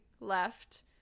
left